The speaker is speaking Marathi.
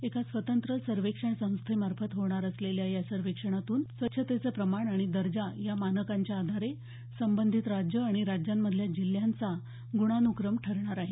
एका स्वतंत्र सर्वेक्षण संस्थेमार्फत होणार असलेल्या या सर्वेक्षणातून स्वच्छतेचं प्रमाण आणि दर्जा या मानकांच्या आधारे संबंधित राज्यं आणि राज्यांमधल्या जिल्ह्यांचा गुणानुक्रम ठरणार आहे